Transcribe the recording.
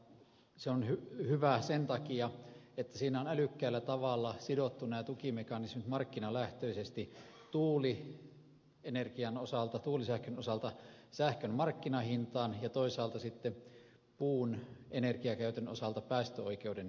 se on hyvä sen takia että siinä on älykkäällä tavalla sidottu nämä tukimekanismit markkinalähtöisesti tuulisähkön osalta sähkön markkinahintaan ja toisaalta sitten puun energiankäytön osalta päästöoikeuden hintaan